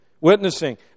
witnessing